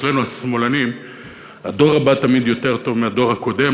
אצלנו השמאלנים הדור הבא תמיד יותר טוב מהדור הקודם,